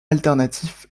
alternatifs